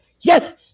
Yes